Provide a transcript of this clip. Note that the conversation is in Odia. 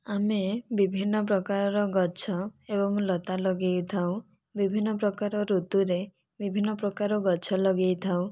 ଆମେ ବିଭିନ୍ନ ପ୍ରକାରର ଗଛ ଏବଂ ଲତା ଲଗାଇଥାଉ ବିଭିନ୍ନ ପ୍ରକାର ଋତୁରେ ବିଭିନ୍ନ ପ୍ରକାର ଗଛ ଲଗାଇଥାଉ